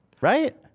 Right